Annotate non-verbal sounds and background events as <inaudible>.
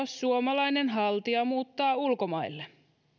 <unintelligible> suomalainen haltija muuttaa ulkomaille